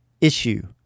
issue